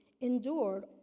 endured